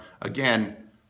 again